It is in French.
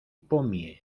pommier